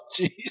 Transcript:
jeez